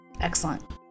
Excellent